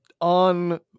on